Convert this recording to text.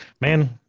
Man